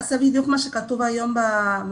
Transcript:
אז זה בדיוק מה שכתוב היום בנוהל